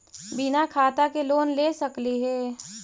बिना खाता के लोन ले सकली हे?